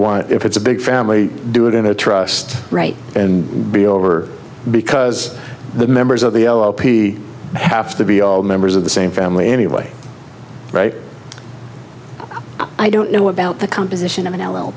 want if it's a big family do it in a trust right and be over because the members of the l a p have to be all members of the same family anyway right i don't know about the composition of an l